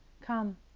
Come